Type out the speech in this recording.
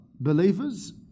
believers